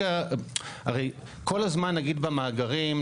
כל הזמן במאגרים,